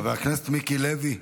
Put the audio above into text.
חבר הכנסת מיקי לוי,